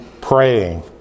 praying